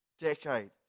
decade